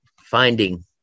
finding